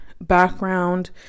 background